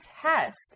test